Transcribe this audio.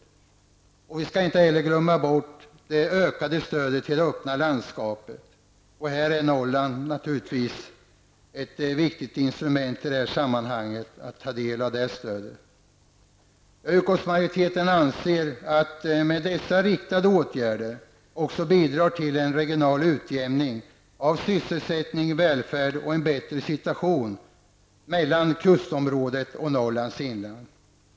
Vi skall inte heller glömma det ökade stödet till det öppna landskapet. Här är Norrland naturligtvis ett viktigt instrument. Utskottsmajoriteten anser att dessa riktade åtgärder också bidrar till en regional utjämning av sysselsättning och välfärd och en bättre avvägning mellan kustområdet och Norrlands inland.